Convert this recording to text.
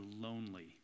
lonely